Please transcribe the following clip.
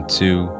two